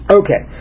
okay